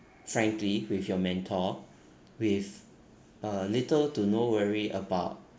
frankly with your mentor with uh little to no worry about